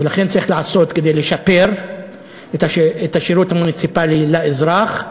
ולכן צריך לעשות כדי לשפר את השירות המוניציפלי לאזרח,